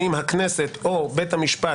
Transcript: האם הכנסת או בית המשפט